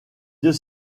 deux